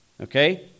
Okay